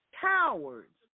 Cowards